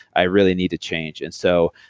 i really need to change. and so,